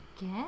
guess